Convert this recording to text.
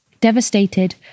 devastated